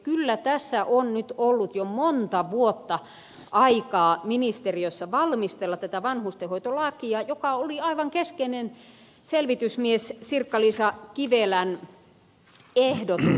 kyllä tässä on nyt ollut jo monta vuotta aikaa ministeriössä valmistella tätä vanhustenhoitolakia joka oli aivan keskeinen selvitysmies sirkka liisa kivelän ehdotus